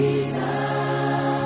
Jesus